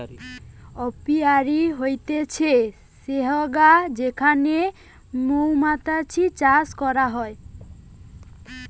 apiary হতিছে সেহগা যেখানে মৌমাতছি চাষ করা হয়